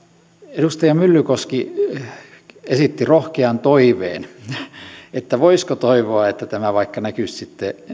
edustaja myllykoski esitti rohkean toiveen että voisiko toivoa että tämä vaikka näkyisi sitten